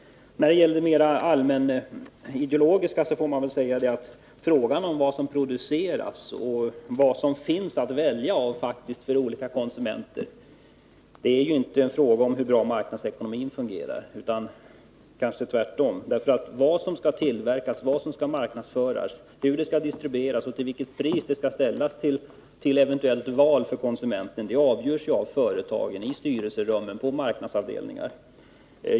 När det gäller den mer allmänideologiska delen av anförandet får jag väl säga att vad som produceras och vad konsumenten faktiskt har att välja mellan inte är en fråga om hur bra marknadsekonomin fungerar utan kanske tvärtom. Vad som skall tillverkas, vad som skall marknadsföras, hur det skall distribueras och till vilket pris det skall ställas fram till eventuellt val för konsumenten avgörs av företagen, i styrelserum, på marknadsavdelningar.